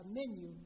menu